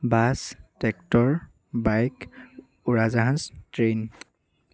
bus tractor bike উৰাজাহাজ train